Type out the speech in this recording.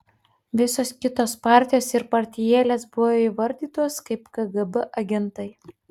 visos kitos partijos ir partijėlės buvo įvardytos kaip kgb agentai